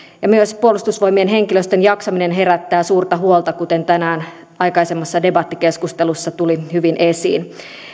ja myös puolustusvoimien henkilöstön jaksaminen herättää suurta huolta kuten tänään aikaisemmassa debattikeskustelussa tuli hyvin esiin